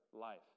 life